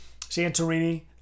Santorini